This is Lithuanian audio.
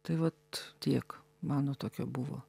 tai vat tiek mano tokia buvo